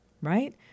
right